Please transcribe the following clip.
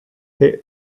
que